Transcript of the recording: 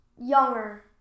younger